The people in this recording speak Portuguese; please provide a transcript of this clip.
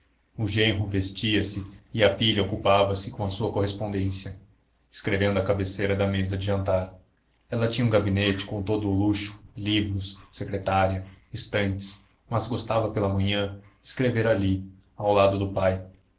o genro vestia-se e a filha ocupava se com sua correspondência escrevendo à cabeceira da mesa de jantar ela tinha um gabinete com todo o luxo livros secretária estantes mas gostava pela manhã de escrever ali ao lado do pai